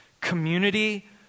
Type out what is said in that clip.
Community